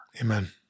Amen